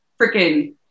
freaking